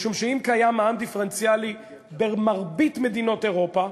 משום שאם קיים מע"מ דיפרנציאלי במרבית מדינות אירופה,